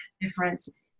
difference